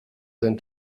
than